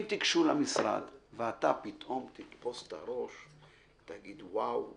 אם תגיעו למשרד ואתה פתאום תתפוס את הראש ותגיד: "וואו,